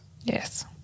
Yes